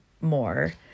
more